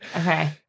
Okay